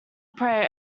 prey